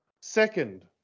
Second